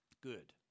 good